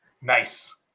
nice